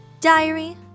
Diary